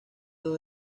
dos